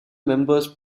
members